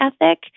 ethic